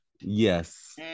Yes